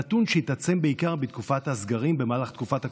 נתון שהתעצם בעיקר בתקופת הסגרים במהלך תקופת הקורונה.